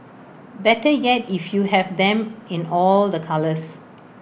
better yet if you have them in all the colours